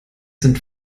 sind